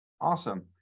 Awesome